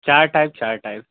چار ٹائپ چار ٹائپ